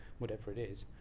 whatever it is,